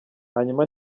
hanyuma